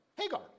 Hagar